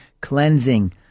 cleansing